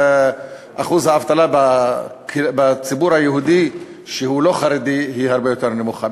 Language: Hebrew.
אחוז האבטלה בציבור היהודי שהוא לא חרדי הוא הרבה יותר נמוך.